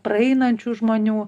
praeinančių žmonių